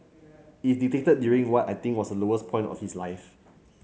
it dictated during what I think was lowest point of his life